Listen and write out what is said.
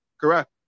correct